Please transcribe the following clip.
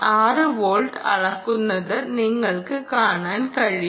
6 volt അളക്കുന്നത് നിങ്ങൾക്ക് കാണാൻ കഴിയും